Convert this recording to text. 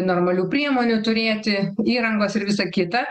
normalių priemonių turėti įrangos ir visa kita